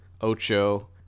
Ocho